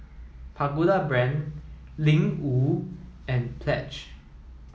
Pagoda Brand Ling Wu and Pledge